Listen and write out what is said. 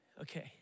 Okay